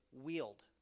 wield